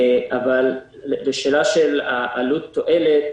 לשאלה של עלות תועלת